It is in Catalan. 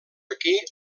aquí